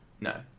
No